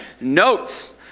notes